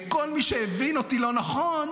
לכל מי שהבין אותי לא נכון,